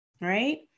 right